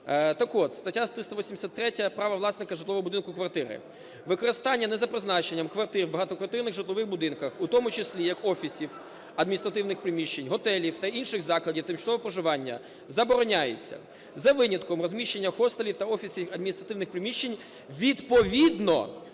Так от, стаття 383 "Право власника житлового будинку, квартири": "Використання не за призначенням квартир в багатоквартирних житлових будинках, у тому числі як офісів адміністративних приміщень, готелів та інших закладів тимчасового проживання збороняється, за винятком розміщення хостелів та офісів адміністративних приміщень, відповідно